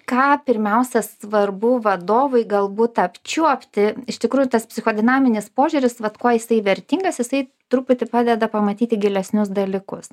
ką pirmiausia svarbu vadovui galbūt apčiuopti iš tikrųjų tas psicho dinaminis požiūris vat kuo jisai vertingas jisai truputį padeda pamatyti gilesnius dalykus